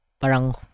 parang